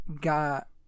got